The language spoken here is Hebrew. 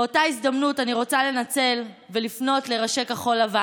באותה הזדמנות אני רוצה לנצל ולפנות לראשי כחול לבן,